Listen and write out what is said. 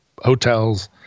hotels